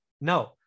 No